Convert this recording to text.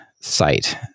site